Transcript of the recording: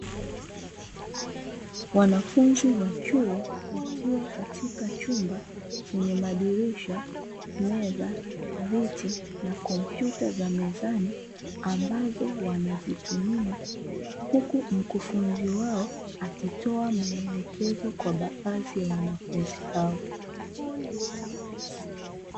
Wanafunzi wa chuo wakiwa katika chumba chenye madirisha, meza, viti na kompyuta za mezani ambazo wanazitumia huku mkufunzi wao akitoa maelekezo kwa baadhi ya wanafunzi hao.